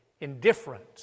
indifferent